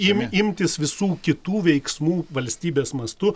im imtis visų kitų veiksmų valstybės mastu